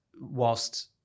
whilst